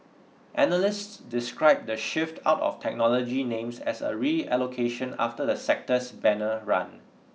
analysts described the shift out of technology names as a reallocation after the sector's banner run